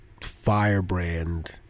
firebrand